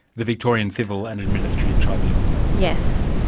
the victorian civil and administrative tribunal. yes.